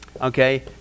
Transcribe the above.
Okay